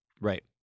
Right